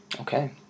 Okay